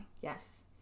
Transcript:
yes